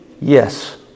Yes